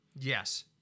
Yes